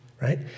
right